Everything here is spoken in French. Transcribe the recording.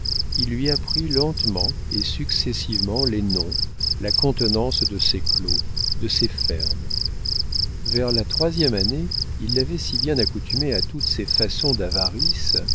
il lui apprit lentement et successivement les noms la contenance de ses clos de ses fermes vers la troisième année il l'avait si bien accoutumée à toutes ses façons d'avarice